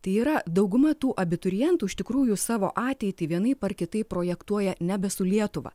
tai yra dauguma tų abiturientų iš tikrųjų savo ateitį vienaip ar kitaip projektuoja nebe su lietuva